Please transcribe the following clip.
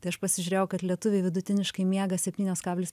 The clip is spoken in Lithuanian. tai aš pasižiūrėjau kad lietuviai vidutiniškai miega septynios kablis